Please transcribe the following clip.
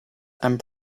and